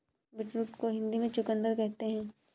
beetroot को हिंदी में चुकंदर कहते हैं